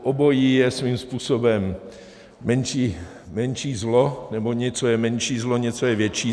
Obojí je svým způsobem menší zlo, nebo něco je menší zlo, něco je větší zlo.